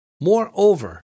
Moreover